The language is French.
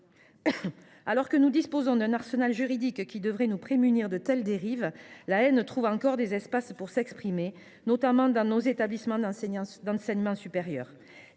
Alors que nous disposons d’un arsenal juridique qui devrait nous prémunir contre de telles dérives, la haine trouve encore des espaces pour s’exprimer, notamment dans nos établissements d’enseignement supérieur.